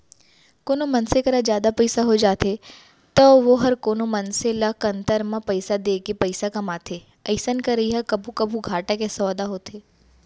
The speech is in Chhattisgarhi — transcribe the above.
कोनो मनसे करा जादा पइसा हो जाथे तौ वोहर कोनो मनसे ल कन्तर म पइसा देके पइसा कमाथे अइसन करई ह कभू कभू घाटा के सौंदा होथे